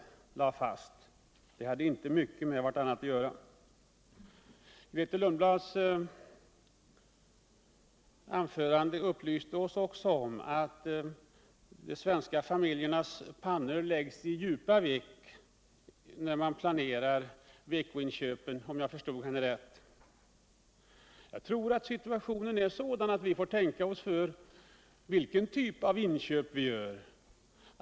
Den sammanfattningen har inte mycket med verkligheten att göra. Grethe Lundblads anförande upplyste oss också om att de svenska familjernas pannor läggs i djupa veck när man planerar veckoinköpen av livsmedel. Jag tror att situationen är sådan att vi får tänka oss för vilken typ av inköp vi än gör.